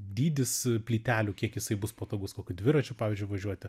dydis plytelių kiek jisai bus patogus kokiu dviračiu pavyzdžiui važiuoti